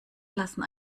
lassen